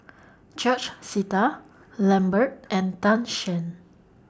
George Sita Lambert and Tan Shen